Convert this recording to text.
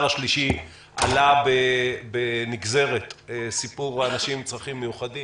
השלישי עלה בנגזרת סיפור האנשים עם צרכים מיוחדים,